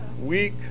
weak